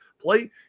Play